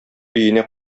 өенә